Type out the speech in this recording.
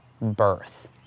birth